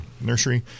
nursery